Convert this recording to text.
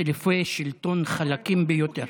חילופי שלטון חלקים ביותר.